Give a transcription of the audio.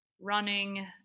running